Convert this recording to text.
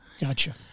Gotcha